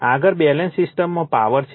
આગળ બેલેન્સ સિસ્ટમમાં પાવર છે